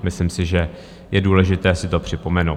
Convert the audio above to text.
Myslím si, že je důležité si to připomenout.